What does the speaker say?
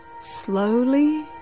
Slowly